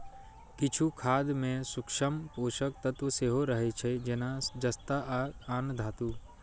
किछु खाद मे सूक्ष्म पोषक तत्व सेहो रहै छै, जेना जस्ता आ आन धातु